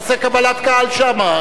תעשה קבלת קהל שם.